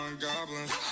goblins